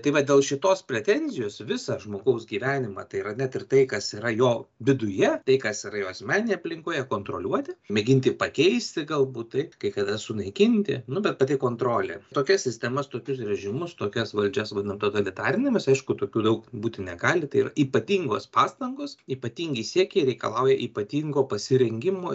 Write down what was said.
tai va dėl šitos pretenzijos visą žmogaus gyvenimą tai yra net ir tai kas yra jo viduje tai kas yra jo asmeninėje aplinkoje kontroliuoti mėginti pakeisti galbūt tai kai kada sunaikinti nu bet pati kontrolė tokias sistemas tokius režimus tokias valdžias vadinam totalitarinėmis aišku tokių daug būti negali tai yra ypatingos pastangos ypatingi siekiai reikalauja ypatingo pasirengimo